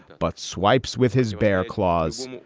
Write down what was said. but swipes with his bare claws.